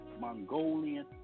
Mongolian